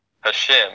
Hashem